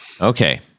okay